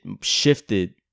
shifted